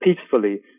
peacefully